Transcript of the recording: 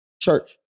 church